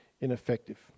ineffective